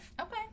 okay